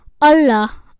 Allah